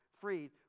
freed